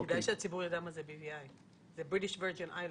כדאי שהציבור ידע מה זה BVI. זה British Virgin Islands.